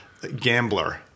gambler